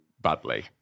badly